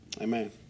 Amen